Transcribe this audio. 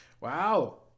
Wow